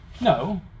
No